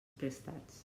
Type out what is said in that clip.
prestats